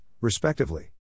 respectively